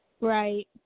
Right